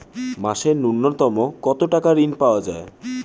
মাসে নূন্যতম কত টাকা ঋণ পাওয়া য়ায়?